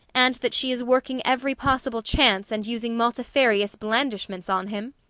and that she is working every possible chance and using multifarious blandishments on him?